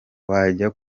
wajya